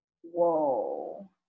whoa